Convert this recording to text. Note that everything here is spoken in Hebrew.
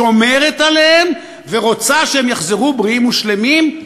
שומרת עליהם ורוצה שהם יחזרו בריאים ושלמים.